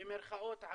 במרכאות,